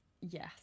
Yes